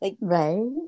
Right